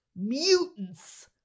mutants